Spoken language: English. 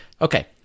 Okay